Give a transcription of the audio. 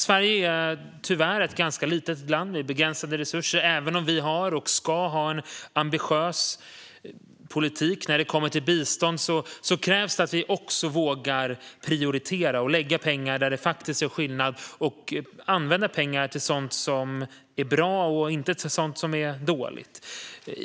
Sverige är tyvärr ett litet land med begränsade resurser även om vi har och ska ha en ambitiös politik. När det kommer till bistånd krävs det att vi också vågar prioritera och lägga pengar där de gör skillnad. Vi ska använda pengarna till sådant som är bra och inte till sådant som är dåligt.